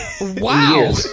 Wow